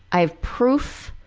i have proof,